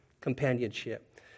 companionship